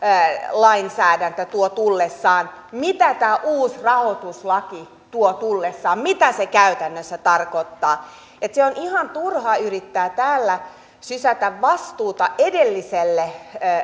lainsäädäntö tuo tullessaan mitä tämä uusi rahoituslaki tuo tullessaan mitä se käytännössä tarkoittaa on ihan turha yrittää täällä sysätä vastuuta edelliselle